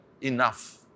enough